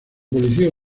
policía